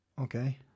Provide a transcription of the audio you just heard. Okay